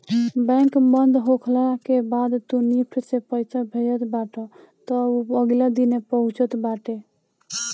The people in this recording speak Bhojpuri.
बैंक बंद होखला के बाद तू निफ्ट से पईसा भेजत बाटअ तअ उ अगिला दिने पहुँचत बाटे